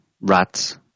rats